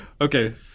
Okay